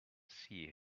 see